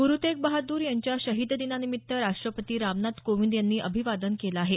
गुरु तेग बहादूर यांच्या शहीद दिनानिमित्त राष्ट्रपती रामनाथ कोविंद यांनी अभिवादन केलं आहे